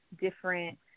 different